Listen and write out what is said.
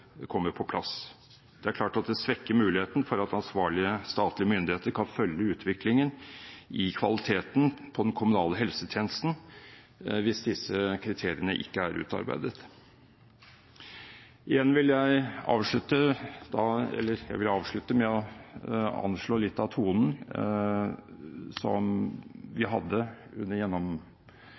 kommer på plass. Det er klart at det svekker muligheten for at ansvarlige statlige myndigheter kan følge utviklingen i kvaliteten på den kommunale helsetjenesten, hvis disse kriteriene ikke er utarbeidet. Jeg vil avslutte med å anslå litt av tonen som vi hadde under